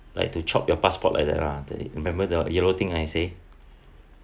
like to chop your passport like that lah remember the yellow thing I say